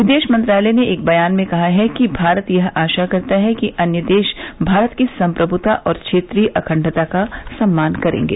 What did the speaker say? विदेश मंत्रालय ने एक बयान में कहा कि भारत यह आशा करता है कि अन्य देश भारत की सम्प्रभुता और क्षेत्रीय अखंडता का सम्मान करेंगे